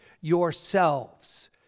yourselves